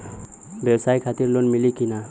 ब्यवसाय खातिर लोन मिली कि ना?